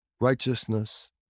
righteousness